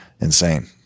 insane